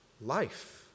life